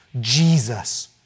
Jesus